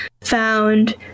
found